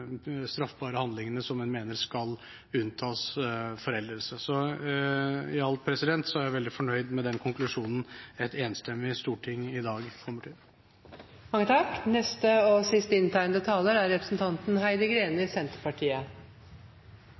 straffbare handlingene som en mener skal unntas foreldelse. I alt er jeg veldig fornøyd med den konklusjonen et enstemmig storting i dag kommer til. Foreldelsesreglene i strafferetten er knyttet til adgangen til å bringe en sak inn for domstolene, og